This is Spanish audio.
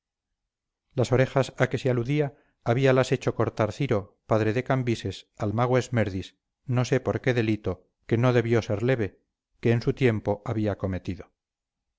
las orejas a que se aludía habíalas hecho cortar ciro padre de cambises al mago esmerdis no sé por qué delito que no debió ser leve que en su tiempo había cometido